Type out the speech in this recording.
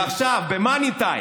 ועכשיו, במאני טיים,